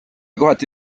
kohati